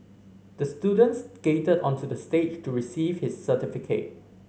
the student skated onto the stage to receive his certificate